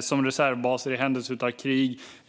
som reservbaser i händelse av krig.